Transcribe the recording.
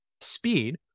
speed